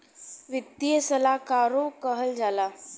वित्तीय सलाहकारो कहल जाला